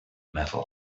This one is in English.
metal